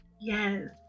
Yes